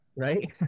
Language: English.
Right